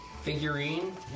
Figurine